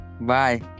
Bye